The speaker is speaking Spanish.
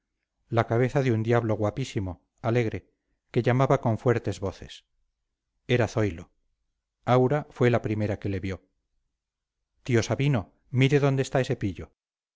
la cabeza de un diablo guapísimo alegre que llamaba con fuertes voces era zoilo aura fue la primera que le vio tío sabino mire dónde está ese pillo